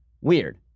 Weird